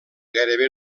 gairebé